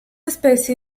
especie